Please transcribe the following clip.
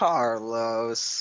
Carlos